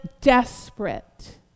desperate